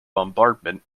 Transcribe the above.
bombardment